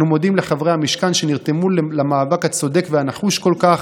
אנו מודים לחברי המשכן שנרתמו למאבק הצודק והנחוש כל כך,